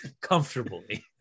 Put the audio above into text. comfortably